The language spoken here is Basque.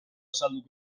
azalduko